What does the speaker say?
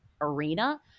arena